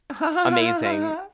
amazing